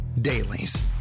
Dailies